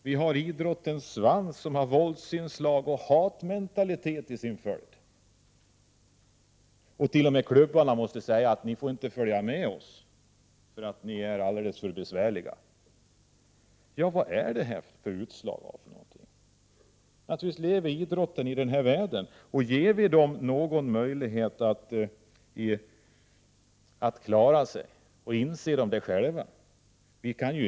Vi har idrottens svans, som har våldsinslag och hatmentalitet i sin följd. T.o.m. klubbarna måste säga ifrån att dessa bråkmakare inte får följa med, eftersom de är alldeles för besvärliga. Vad är detta utslag av för någonting? Naturligtvis lever idrotten i den här världen. Ger vi dessa människor någon möjlighet att klara sig? Inser de själva vad de håller på med?